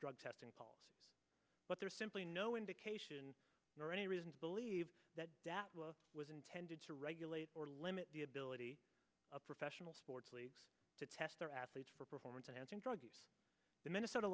drug testing but there's simply no indication nor any reason to believe that that was intended to regulate or limit the ability of professional sports leagues to test their athletes for performance enhancing drug use in minnesota